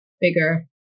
bigger